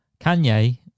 Kanye